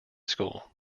school